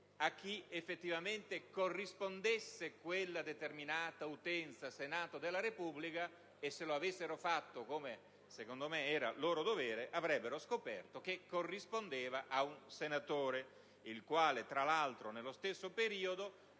a chi effettivamente corrispondesse quella determinata utenza del Senato della Repubblica e, se lo avessero fatto - come secondo me era loro dovere - avrebbero scoperto che corrispondeva ad un senatore, il quale tra l'altro, nello stesso periodo,